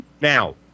Now